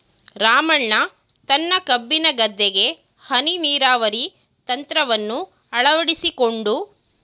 ರಾಮಣ್ಣ ತನ್ನ ಕಬ್ಬಿನ ಗದ್ದೆಗೆ ಹನಿ ನೀರಾವರಿ ತಂತ್ರವನ್ನು ಅಳವಡಿಸಿಕೊಂಡು